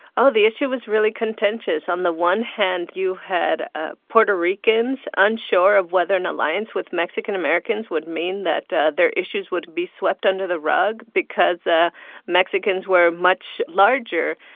oh, the issue was really contentious. on the one hand, you had ah puerto ricans unsure of whether an alliance with mexican-americans would mean that their issues would be swept under the rug because ah mexicans were much larger.